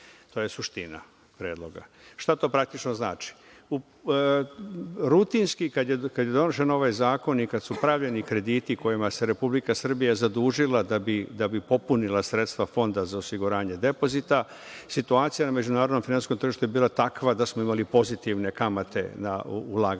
To je suština predloga. Šta to praktično znači? Kada je donošen ovaj zakon i kada su pravljeni krediti kojima se Republika Srbija zadužila da bi popunila sredstva Fonda za osiguranje depozita situacija na međunarodnom finansijskom tržištu je bila takva da smo imali pozitivne kamate na ulaganje